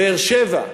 באר-שבע,